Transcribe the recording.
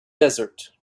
desert